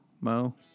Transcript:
Mo